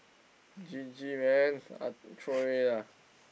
G_G man uh throw away lah